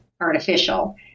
artificial